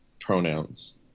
pronouns